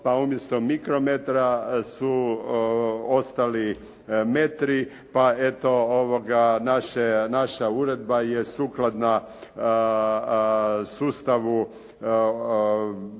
pa umjesto mikrometra su ostali metri pa eto naša uredba je sukladna sustavu